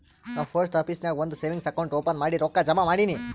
ನಾ post office ನಾಗ್ ಒಂದ್ ಸೇವಿಂಗ್ಸ್ ಅಕೌಂಟ್ ಓಪನ್ ಮಾಡಿ ರೊಕ್ಕಾ ಜಮಾ ಮಾಡಿನಿ